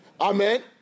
Amen